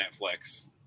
Netflix